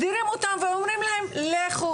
מדירים אותם ואומרים להם לכו.